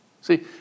See